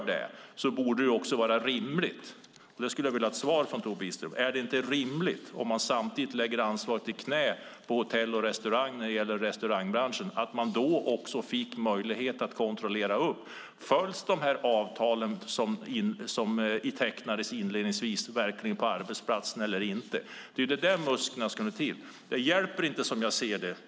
Då vill jag ha ett svar från Tobias Billström: Om man lägger ansvaret i knät på Hotell och restaurangfacket när det gäller restaurangbranschen, är det inte rimligt att de samtidigt får möjlighet att kontrollera om de avtal som tecknades inledningsvis verkligen följs på arbetsplatsen eller inte? Det är där musklerna ska till. Det här hjälper inte, som jag ser det.